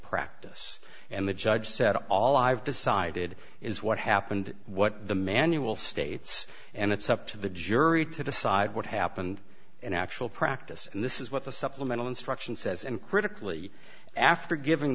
practice and the judge said all i've decided is what happened what the manual states and it's up to the jury to decide what happened in actual practice and this is what the supplemental instruction says and critically after giving